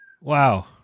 Wow